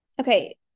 Okay